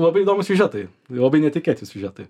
labai įdomūs siužetai labai netikėti siužetai